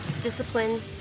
discipline